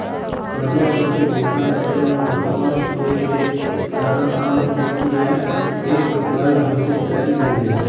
कर्जा सभके भुगतान करेमे असमर्थ होयेके कारण हमर पितिया के कँगाल घोषित कएल गेल